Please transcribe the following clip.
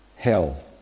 Hell